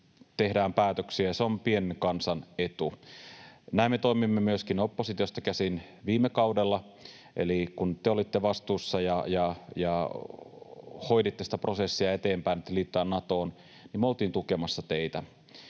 tehdään päätöksiä, ja se on pienen kansan etu. Näin me toimimme myöskin oppositiosta käsin viime kaudella, eli kun te olitte vastuussa ja hoiditte eteenpäin sitä prosessia, että liitytään Natoon, niin me oltiin tukemassa teitä.